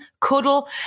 cuddle